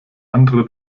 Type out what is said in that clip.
andere